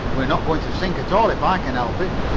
we're not going to sink at all if i can help it!